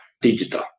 digital